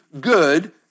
good